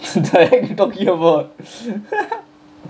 the heck you talking about